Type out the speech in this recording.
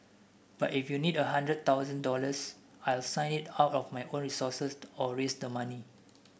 but if you need a hundred thousand dollars I'll sign it out of my own resources or raise the money